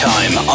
Time